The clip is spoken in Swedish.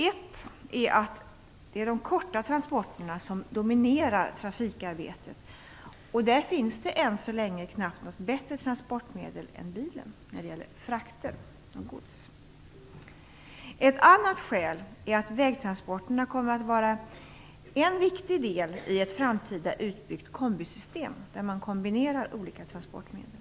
Ett är att det är de korta transporterna som dominerar trafikarbetet, och för korta godsfrakter finns det än så länge knappast något bättre transportmedel än bilen. Ett annat skäl är att vägtransporterna kommer att vara en viktig del i ett framtida utbyggt kombisystem för olika transportmedel.